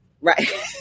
Right